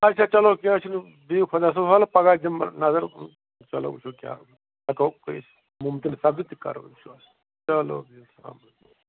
اچھا چلو کیٚنٛہہ چھُ نہٕ بِہِو خۄدَس حوالہٕ پگاہ دِم بہٕ نظر چلو وٕچھو کیٛاہ ہٮ۪کو کٔرِتھ مُمکن سَپدِ تہِ کرو چلو بِہِو السلام علیکُم